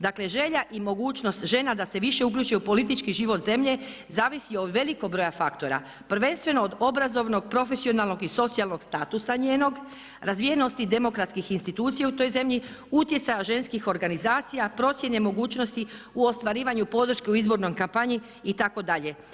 Dakle, želja i mogućnost žena da se više uključe u politički život zemlje zavisi od velikog broja faktora prvenstveno od obrazovnog, profesionalnog i socijalnog statusa njenog, razvijenosti demokratskih institucija u toj zemlji, utjecaja ženskih organizacija, procjene mogućnosti u ostvarivanju podrške u izbornoj kampanji itd.